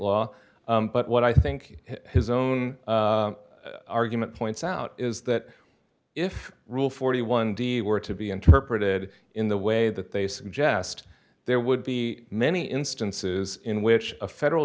law but what i think his own argument points out is that if rule forty one dollars d were to be interpreted in the way that they suggest there would be many instances in which a federal